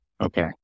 Okay